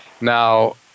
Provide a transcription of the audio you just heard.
Now